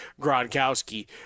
Gronkowski